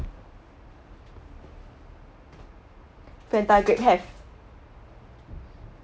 Fanta grape have